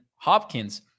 Hopkins